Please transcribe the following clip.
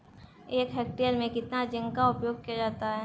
एक हेक्टेयर में कितना जिंक का उपयोग किया जाता है?